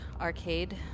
arcade